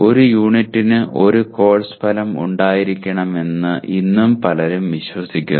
ഒരു യൂണിറ്റിന് ഒരു കോഴ്സ് ഫലം ഉണ്ടായിരിക്കണമെന്ന് ഇന്നും പലരും വിശ്വസിക്കുന്നു